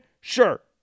Sure